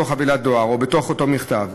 בתוך חבילת דואר או בתוך מכתב.